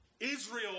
Israel